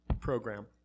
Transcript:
program